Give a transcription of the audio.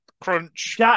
Crunch